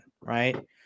right